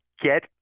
Get